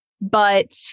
but-